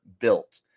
built